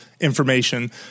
information